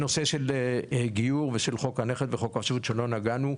הנושא של גיור וחוק הנכד וחוק השבות שלא נגענו,